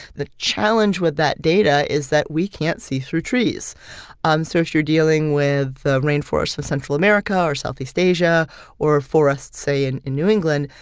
the challenge with that data is that we can't see through trees um so if you're dealing with a rainforest in central america or southeast asia or forests, say, in in new england,